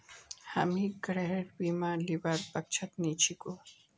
हामी गृहर बीमा लीबार पक्षत नी छिकु